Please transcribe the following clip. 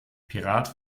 pirat